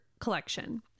collection